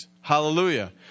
hallelujah